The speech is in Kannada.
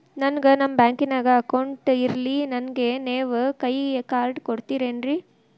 ನನ್ಗ ನಮ್ ಬ್ಯಾಂಕಿನ್ಯಾಗ ಅಕೌಂಟ್ ಇಲ್ರಿ, ನನ್ಗೆ ನೇವ್ ಕೈಯ ಕಾರ್ಡ್ ಕೊಡ್ತಿರೇನ್ರಿ?